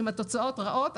ואם התוצאות יהיו רעות,